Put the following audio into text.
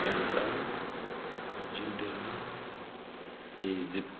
Canada Argentina Egypt